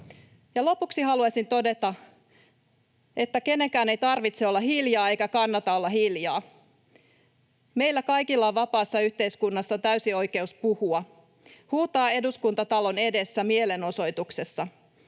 Lopuksi haluaisin todeta, että kenenkään ei tarvitse olla hiljaa eikä kannata olla hiljaa. Meillä kaikilla on vapaassa yhteiskunnassa täysi oikeus puhua, huutaa Eduskuntatalon edessä mielenosoituksessa.